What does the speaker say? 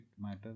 matter